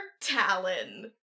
talon